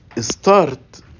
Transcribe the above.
start